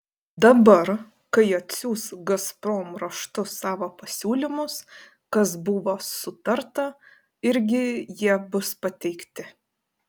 dabar kai atsiųs gazprom raštu savo pasiūlymus kas buvo sutarta irgi jie bus pateikti